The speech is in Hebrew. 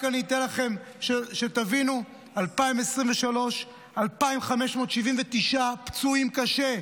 רק אני אתן לכם, שתבינו, 2023, 2,579 פצועים קשים.